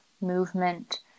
movement